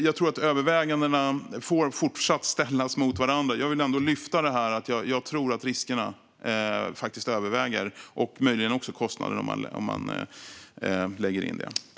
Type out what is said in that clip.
Jag tror att övervägandena även fortsättningsvis får ställas mot varandra, men jag vill ändå lyfta fram att jag tror att riskerna överväger, möjligen också kostnaderna, om man lägger in det.